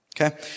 Okay